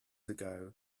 ago